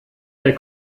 der